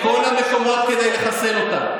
בכל המקומות כדי לחסל אותה.